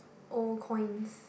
old coins